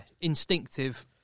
instinctive